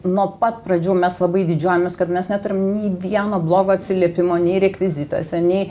nuo pat pradžių mes labai didžiuojamės kad mes neturim nei vieno blogo atsiliepimo nei rekvizituose nei